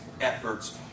efforts